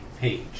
page